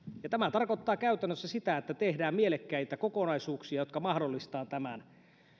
tämä tarkoittaa käytännössä sitä että tehdään mielekkäitä kokonaisuuksia jotka mahdollistavat tämän